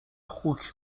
خوک